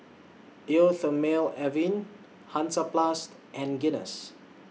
Eau Thermale Avene Hansaplast and Guinness